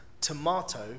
tomato